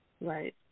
right